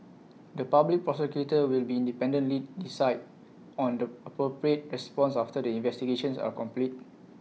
the Public Prosecutor will be independently decide on the appropriate response after the investigations are complete